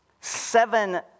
Seven